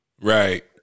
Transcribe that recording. Right